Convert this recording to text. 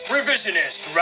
Revisionist